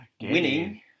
winning